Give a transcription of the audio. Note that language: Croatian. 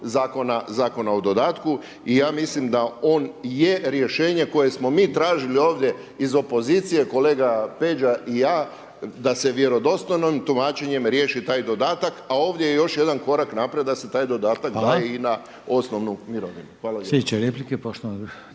Zakona o dodatku, i ja mislim da on je rješenje koje smo mi tražili ovdje iz opozicije, kolega Peđa i ja, da se vjerodostojnim tumačenjem riješi taj dodatak, a ovdje je još jedan korak naprijed da se taj dodatak daje i na osnovnu mirovinu.